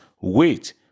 Wait